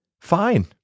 Fine